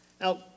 Now